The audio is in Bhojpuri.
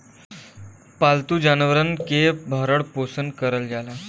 पालतू जानवरन के भरण पोसन करल जाला